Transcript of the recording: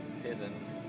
hidden